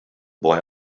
boy